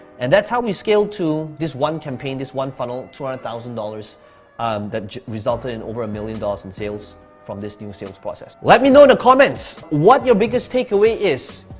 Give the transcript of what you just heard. and that's how we scaled to this one campaign, this one funnel two hundred thousand dollars um that resulted in over a million dollars in sales from this new sales process. let me know in the comments what your biggest takeaway is,